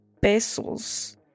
pesos